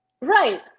right